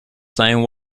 same